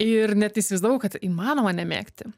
ir net neįsivaizdavau kad įmanoma nemėgti